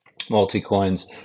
Multicoins